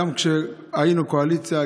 גם כשהיינו בקואליציה,